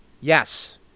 Yes